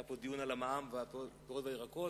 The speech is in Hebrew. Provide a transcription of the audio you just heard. היה פה דיון על המע"מ על הפירות והירקות,